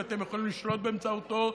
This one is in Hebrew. ואתם יכולים לשלוט באמצעותו,